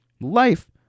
life